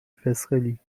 فسقلی